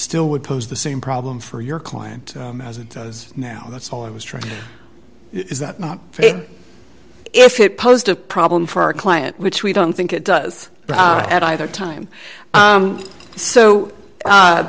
still would pose the same problem for your client as it does now that's all i was trying to is that not if it posed a problem for our client which we don't think it does at either time